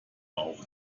auch